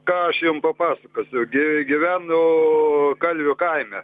ką aš jum papasakosiu gyvenu kalvių kaime